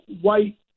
white